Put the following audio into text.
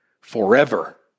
forever